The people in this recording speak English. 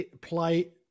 play